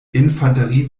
infanterie